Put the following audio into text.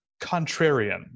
contrarian